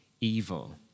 evil